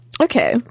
Okay